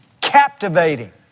captivating